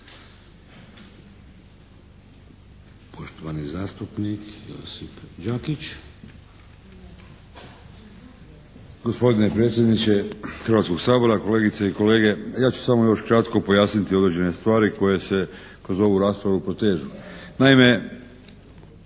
poštovani zastupnik Josip Đakić.